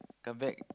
come back